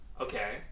Okay